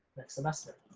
next semester.